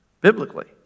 biblically